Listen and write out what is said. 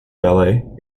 ballet